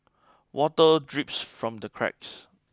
water drips from the cracks